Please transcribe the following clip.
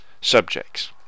subjects